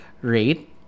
rate